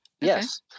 yes